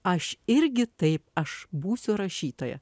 aš irgi taip aš būsiu rašytoja